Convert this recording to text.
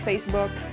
Facebook